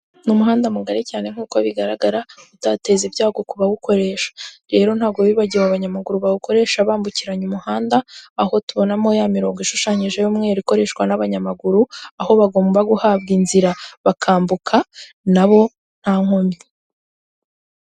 Ni umuhanda mugari cyane nk'uko bigaragara, utateza ibyago ku bawukoresha, rero ntago wibagiwe abanyamaguru bawukoresha bambukiranya umuhanda, aho tubonamo ya mirongo ishushanyije y'umweru ikoreshwa n'abanyamaguru, aho bagomba guhabwa inzira bakambuka nabo nta nkomyi.